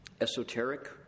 esoteric